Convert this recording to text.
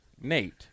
Nate